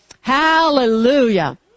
Hallelujah